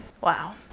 Wow